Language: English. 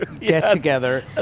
get-together